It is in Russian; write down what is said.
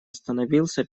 остановился